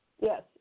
Yes